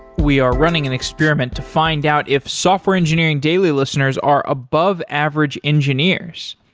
we are running an experiment to find out if software engineering daily listeners are above average engineers.